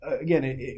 again